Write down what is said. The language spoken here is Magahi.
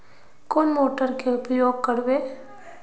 कौन मोटर के उपयोग करवे?